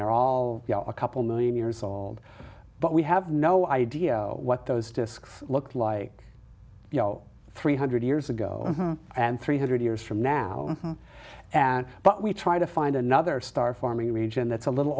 they're all a couple million years old but we have no idea what those disks looked like you know three hundred years ago and three hundred years from now and but we try to find another star forming region that's a little